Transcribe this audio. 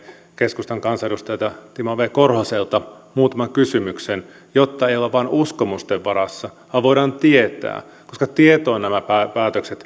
keskustan kansanedustajalta timo viideltä korhoselta muutaman kysymyksen jotta emme ole vain uskomusten varassa vaan voimme tietää koska tietoon näiden päätösten